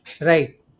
right